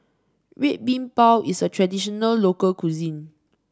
Red Bean Bao is a traditional local cuisine